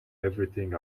everything